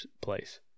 place